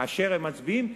כאשר הם מצביעים,